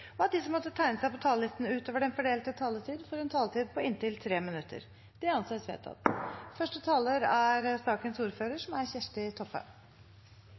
og at de som måtte tegne seg på talerlisten utover den fordelte taletid, får en taletid på inntil 3 minutter. – Det anses vedtatt. Denne saken begynte som